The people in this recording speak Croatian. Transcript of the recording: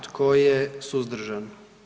Tko je suzdržan?